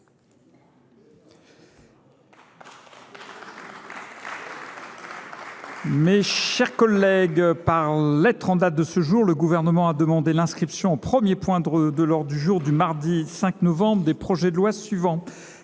Mes chers collègues, par lettre en date de ce jour, le Gouvernement a demandé l’inscription en premier point de l’ordre du jour du mardi 5 novembre prochain : du projet de loi autorisant